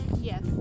yes